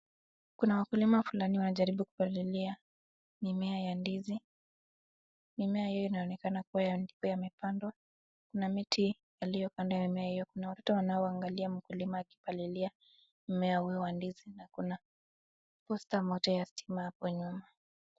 Kuna wakulima wawili wanajaribu kupalilia mimea ya ndizi. Mimea hiyo inaonekana kuwa ndiyo imepandwa. Kuna miti iliyo kando ya mimea hiyo. Kuna watoto wanaoangalia mkulima akipalilia mmea huo wa ndizi na kuna posta moja ya stima hapo nyuma.